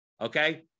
Okay